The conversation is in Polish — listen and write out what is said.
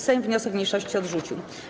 Sejm wniosek mniejszości odrzucił.